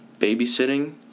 babysitting